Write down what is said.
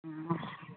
ꯎꯝ